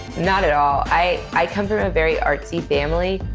not at all. i i come from a very artsy family.